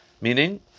meaning